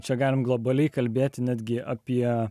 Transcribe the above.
čia galime globaliai kalbėti netgi apie